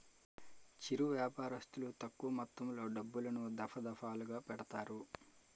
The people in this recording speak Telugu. చిరు వ్యాపారస్తులు తక్కువ మొత్తంలో డబ్బులను, దఫాదఫాలుగా పెడతారు